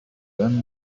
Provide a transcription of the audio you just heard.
بأن